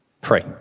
pray